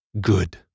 Good